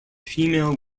female